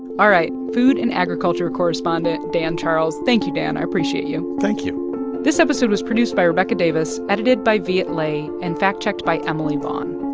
all right. food and agriculture correspondent dan charles. thank you, dan. i appreciate you thank you this episode was produced by rebecca davis, edited by viet le and fact-checked by emily vaughn.